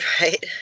Right